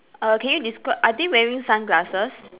err can you describe are they wearing sunglasses